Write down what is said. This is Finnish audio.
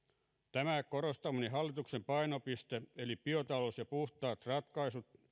tämä korostamani hallituksen painopiste eli biotalous ja puhtaat ratkaisut